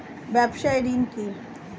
ব্যবসায় ঋণ কি?